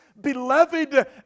beloved